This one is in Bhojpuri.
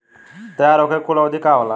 तैयार होखे के कूल अवधि का होला?